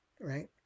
right